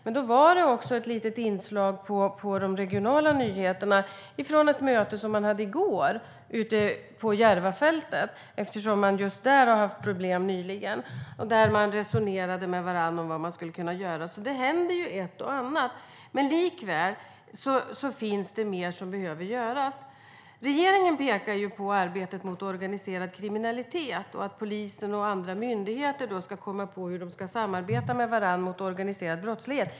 Det var ett litet inslag i de regionala nyheterna om ett möte man hade i går på Järvafältet eftersom man nyligen har haft problem där. Där resonerade man med varandra om vad man skulle kunna göra. Det händer alltså ett och annat, men likväl finns det mer som behöver göras. Regeringen pekar på arbetet mot organiserad kriminalitet och att polisen och andra myndigheter ska komma på hur de ska samarbeta med varandra mot organiserad brottslighet.